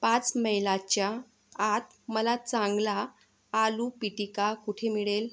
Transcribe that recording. पाच मैलाच्या आत मला चांगला आलू पिटिका कुठे मिळेल